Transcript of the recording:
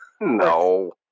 No